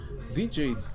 dj